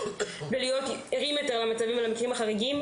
ולהיות ערים יותר למצבים החריגים.